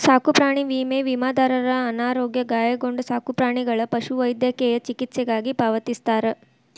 ಸಾಕುಪ್ರಾಣಿ ವಿಮೆ ವಿಮಾದಾರರ ಅನಾರೋಗ್ಯ ಗಾಯಗೊಂಡ ಸಾಕುಪ್ರಾಣಿಗಳ ಪಶುವೈದ್ಯಕೇಯ ಚಿಕಿತ್ಸೆಗಾಗಿ ಪಾವತಿಸ್ತಾರ